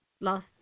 last